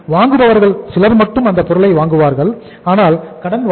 வாங்குபவர்கள் சிலர் மட்டும் அந்த பொருளை வாங்குவார்கள் ஆனால் கடன் வாங்குவார்கள்